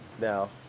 Now